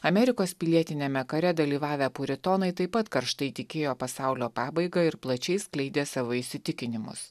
amerikos pilietiniame kare dalyvavę puritonai taip pat karštai tikėjo pasaulio pabaiga ir plačiai skleidė savo įsitikinimus